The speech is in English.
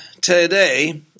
today